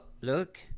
look